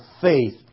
faith